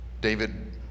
David